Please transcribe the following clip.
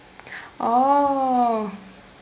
oh